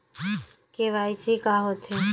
KYC का होथे?